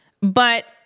but-